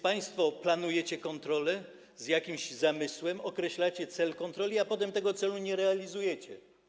Państwo planujecie kontrolę z jakimś zamysłem, określacie cel kontroli, a potem tego celu nie realizujecie.